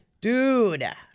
Dude